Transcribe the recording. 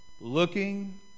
looking